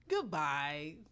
Goodbye